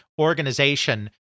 organization